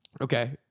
Okay